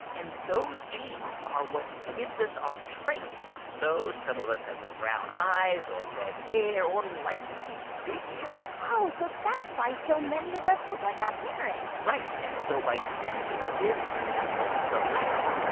and those genes are what gives us our traits. so some of us have brown eyes, or red hair or, like me, big ears oh, so that's why so many of us look like our parents right. and so by sending this sample to the lab,